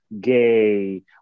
gay